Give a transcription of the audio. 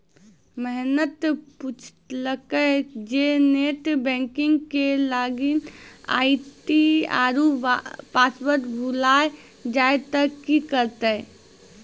महेन्द्र पुछलकै जे net banking के लागिन आई.डी आरु पासवर्ड भुलाय जाय त कि करतै?